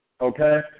Okay